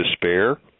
despair